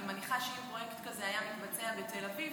אני מניחה שאם פרויקט כזה היה מתבצע בתל אביב,